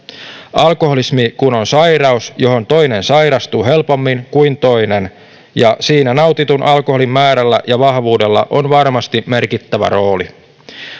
alkoholismi kun on sairaus johon toinen sairastuu helpommin kuin toinen ja siinä nautitun alkoholin määrällä ja vahvuudella on varmasti merkittävä rooli